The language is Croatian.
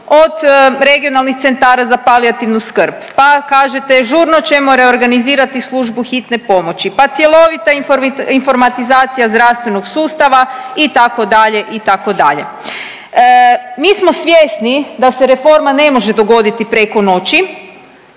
od Regionalnih centara za palijativnu skrb, pa kažete žurno ćemo reorganizirati Službu hitne pomoći, pa cjelovita informatizacija zdravstvenog sustava itd., itd.. Mi smo svjesni da se reforma ne može dogoditi preko noći,